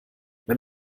wenn